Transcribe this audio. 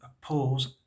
pause